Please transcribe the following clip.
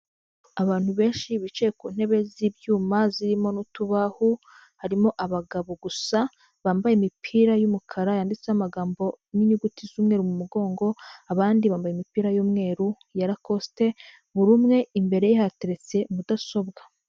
Abantu benshi bicaye ku ntebe z'ibyuma zirimo n'utubaho. Harimo abagabo gusa bambaye imipira y'umukara yanditseho amagambo n'inyuguti z'umweru mu mugongo. Abandi bambaye imipira y'umweru ya rakosite. Buri umwe imbere ye hateretse mudasobwa.